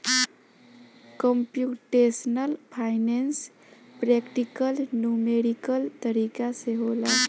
computational finance practical numerical तरीका से होला